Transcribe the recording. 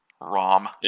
Rom